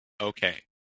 Okay